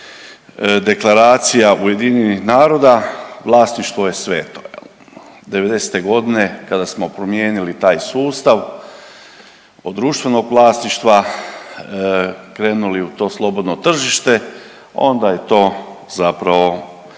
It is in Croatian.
Deklaracija UN-a vlasništvo je sveto jel'? Devedesete godine kada smo promijenili taj sustav od društvenog vlasništva krenuli u to slobodno tržište, onda je to zapravo